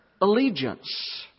allegiance